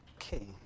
Okay